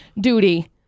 duty